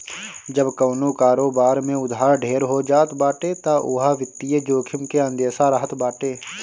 जब कवनो कारोबार में उधार ढेर हो जात बाटे तअ उहा वित्तीय जोखिम के अंदेसा रहत बाटे